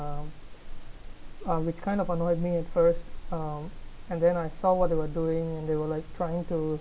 um which kind of annoyed me at first um and then I saw what they were doing and they were like trying to